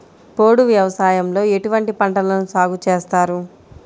పోడు వ్యవసాయంలో ఎటువంటి పంటలను సాగుచేస్తారు?